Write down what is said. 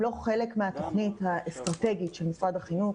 הם לא חלק מהתוכנית האסטרטגית של משרד החינוך,